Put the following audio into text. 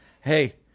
Hey